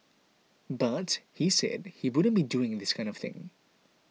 but he said he wouldn't be doing this kind of thing